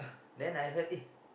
then I heard eh